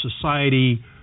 society